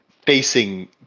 Facing